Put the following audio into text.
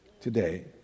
today